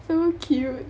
so cute